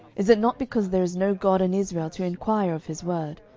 is it not because there is no god in israel to enquire of his word?